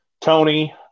Tony